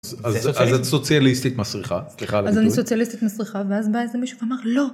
אז את סוציאליסטית מסריחה, סליחה על הביטוי. אז אני סוציאליסטית מסריחה, ואז בא איזה מישהו ואמר, לא!